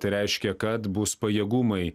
tai reiškia kad bus pajėgumai